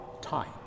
time